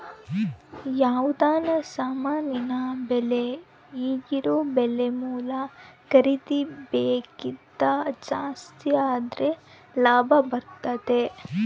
ಯಾವುದನ ಸಾಮಾನಿನ ಬೆಲೆ ಈಗಿರೊ ಬೆಲೆ ಮೂಲ ಖರೀದಿ ಬೆಲೆಕಿಂತ ಜಾಸ್ತಿದ್ರೆ ಲಾಭ ಬರ್ತತತೆ